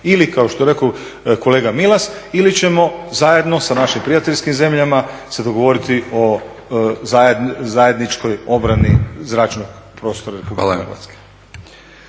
Ili kao što je rekao kolega Milas ili ćemo zajedno sa našim prijateljskim zemljama se dogovoriti o zajedničkoj obrani zračnog prostora Republike Hrvatske.